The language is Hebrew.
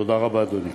תודה רבה, אדוני.